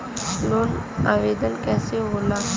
Loan आवेदन कैसे होला?